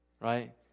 right